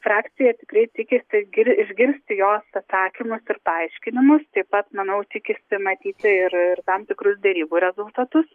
frakcija tikrai tikisi gir išgirsti jos atsakymus ir paaiškinimus taip pat manau tikisi matyti ir ir tam tikrus derybų rezultatus